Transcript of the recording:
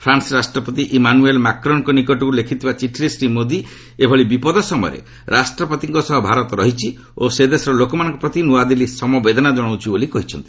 France ରାଷ୍ଟ୍ରପତି Emmanuel ମାକ୍ରନ୍ଙ୍କ ନିକଟକୁ ଲେଖିଥିବା ଚିଠିରେ ଶ୍ରୀ ମୋଦି ଏଭଳି ବିପଦ ସମୟରେ ରାଷ୍ଟ୍ରପତିଙ୍କ ସହ ଭାରତ ରହିଛି ଓ ସେଦେଶର ଲୋକମାନଙ୍କ ପ୍ରତି ନୂଆଦିଲ୍ଲୀ ସମବେଦନା ଜଣାଉଛି ବୋଲି କହିଛନ୍ତି